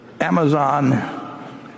Amazon